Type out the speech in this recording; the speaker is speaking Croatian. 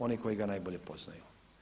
Oni koji ga najbolje poznaju.